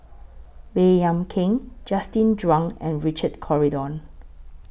Baey Yam Keng Justin Zhuang and Richard Corridon